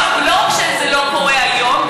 לא רק שזה לא קורה היום,